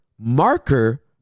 marker